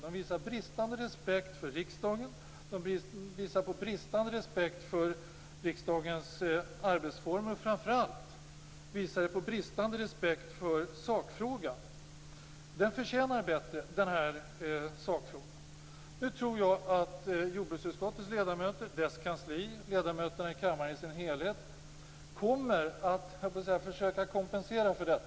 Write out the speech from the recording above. De visar på en bristande respekt för riksdagen, för riksdagens arbetsformer och, framför allt, för sakfrågan. Den förtjänar bättre. Jag tror att jordbruksutskottets ledamöter och dess kansli, liksom ledamöterna i kammaren som helhet, kommer att försöka hitta en kompensation för detta.